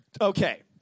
Okay